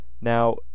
Now